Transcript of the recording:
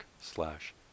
slash